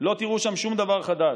על עיראק, לא תראו שם שום דבר חדש.